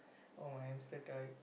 oh my hamster died